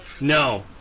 No